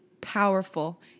powerful